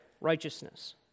righteousness